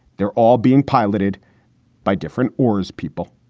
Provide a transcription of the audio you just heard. they're all being piloted by different oars. people